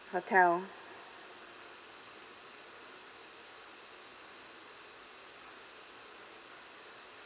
hotel